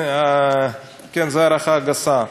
זו הערכה גסה,